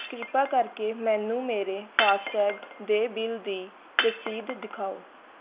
ਕਿਰਪਾ ਕਰਕੇ ਮੈਨੂੰ ਮੇਰੇ ਫਾਸਟੈਗ ਦੇ ਬਿੱਲ ਦੀ ਰਸੀਦ ਦਿਖਾਓ